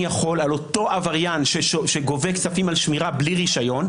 אני יכול על אותו עבריין שגובה כספים על שמירה בלי רישיון,